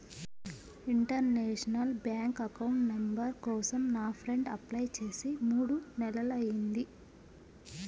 international bank account number కోసం నా friend apply చేసి మూడు నెలలయ్యింది